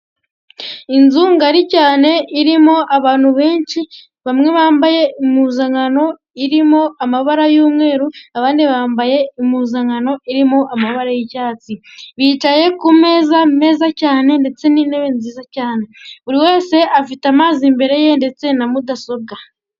Inzu ngari cyane irimo abantu benshi bamwe bambaye impuzankano irimo amabara y'umweru abandi bambaye impuzankano irimo amabara y'icyatsi, bicaye ku meza meza cyane ndetse n'intebe nziza cyane, buri wese afite amazi imbere ye ndetse na mudasobwa.